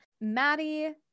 Maddie